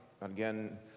again